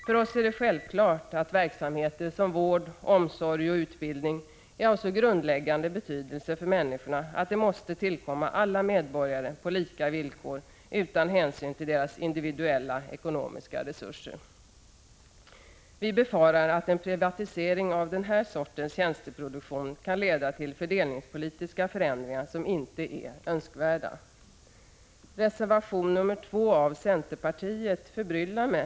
För oss är det självklart att verksamheter som vård, omsorg och utbildning är av så grundläggande betydelse för människorna att de måste tillkomma alla medborgare på lika villkor utan hänsyn till deras individuella ekonomiska resurser. Vi befarar att en privatisering av den här sortens tjänsteproduktion kan leda till fördelningspolitiska förändringar som inte är önskvärda. Reservation nr 2 från centerpartiet förbryllar mig.